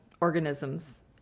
organisms